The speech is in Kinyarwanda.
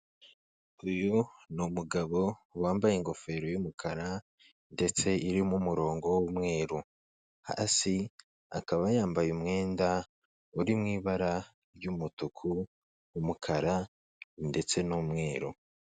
Uyu ni umugabo wambaye ingofero y'umukara ndetse irimo umurongo w'umweru, hasi akaba yambaye umwenda uri mu ibara ry'umutuku n'umukara ndetse n'umweru.